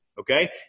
Okay